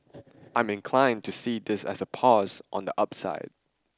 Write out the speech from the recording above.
I'm inclined to see this as a pause on the upside